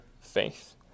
faith